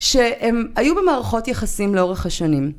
שהם היו במערכות יחסים לאורך השנים